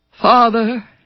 father